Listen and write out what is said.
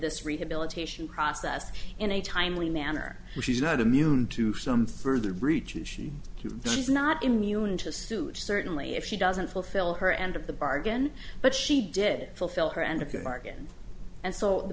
this rehabilitation process in a timely manner she's not immune to some further breaches she is not immune to suit certainly if she doesn't fulfill her end of the bargain but she did fulfill her end of garcon and so the